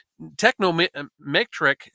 Technometric